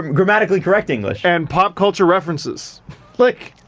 grammatically correct english, and pop-culture references like,